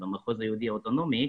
במחוז היהודי האוטונומי,